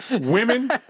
women